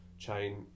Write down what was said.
chain